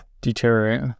deteriorate